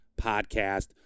podcast